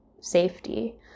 safety